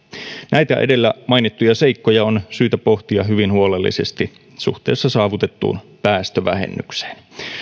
näitä edellä mainittuja seikkoja on syytä pohtia hyvin huolellisesti suhteessa saavutettuun päästövähennykseen